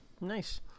nice